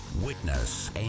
Witness